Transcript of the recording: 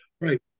right